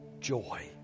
joy